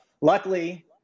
luckily